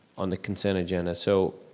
on the consent agenda, so,